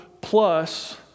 plus